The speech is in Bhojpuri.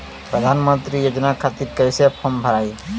प्रधानमंत्री योजना खातिर कैसे फार्म भराई?